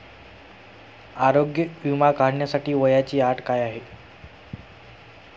आरोग्य विमा काढण्यासाठी वयाची अट काय आहे?